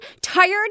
Tired